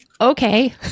Okay